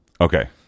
Okay